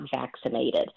vaccinated